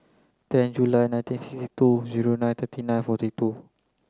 ten July nineteen sixty two zero nine thirty nine forty two